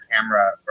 camera